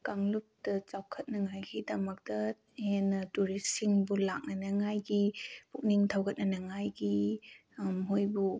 ꯀꯥꯡꯂꯨꯞꯇ ꯆꯥꯎꯈꯠꯅꯉꯥꯏꯒꯤꯗꯃꯛꯇ ꯍꯦꯟꯅ ꯇꯨꯔꯤꯁꯁꯤꯡꯕꯨ ꯂꯥꯛꯅꯅꯉꯥꯏꯒꯤ ꯄꯨꯛꯅꯤꯡ ꯊꯧꯒꯠꯅꯅꯉꯥꯏꯒꯤ ꯃꯈꯣꯏꯕꯨ